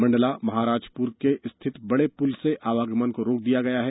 मंडला महाराजपुर के स्थित बड़े पूल से आवागमन रोका गया है